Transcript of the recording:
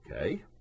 Okay